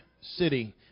City